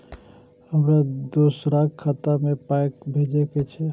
हमरा दोसराक खाता मे पाय भेजे के छै?